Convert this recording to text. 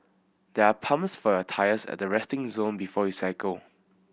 there are pumps for your tyres at the resting zone before you cycle